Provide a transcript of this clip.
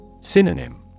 Synonym